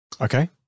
Okay